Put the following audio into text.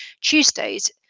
Tuesdays